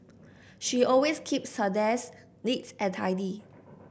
she always keeps her desk neat and tidy